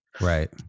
Right